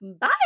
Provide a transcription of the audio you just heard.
Bye